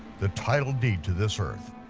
the title deed to this earth,